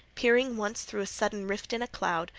peering once through a sudden rift in a cloud,